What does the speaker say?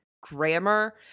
grammar